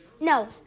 No